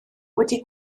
wedi